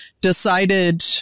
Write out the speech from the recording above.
Decided